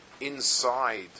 inside